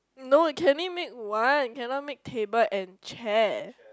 no you can only make one you cannot make table and chair